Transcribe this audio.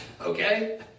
okay